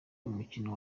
umukino